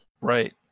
Right